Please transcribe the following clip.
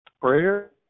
Prayer